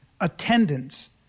attendance